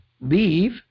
leave